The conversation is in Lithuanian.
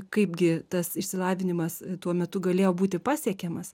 kaip gi tas išsilavinimas tuo metu galėjo būti pasiekiamas